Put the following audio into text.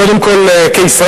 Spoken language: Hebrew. קודם כול כישראלים,